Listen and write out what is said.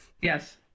Yes